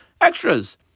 extras